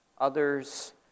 others